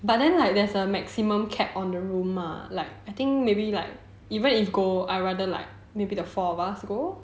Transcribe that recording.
but then like there's a maximum cap on the room ah like I think maybe like even if go I rather like maybe the four of us go